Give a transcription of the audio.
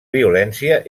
violència